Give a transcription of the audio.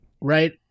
right